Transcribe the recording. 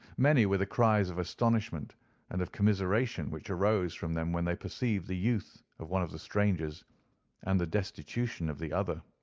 many were the cries of astonishment and of commiseration which arose from them when they perceived the youth of one of the strangers and the destitution of the other.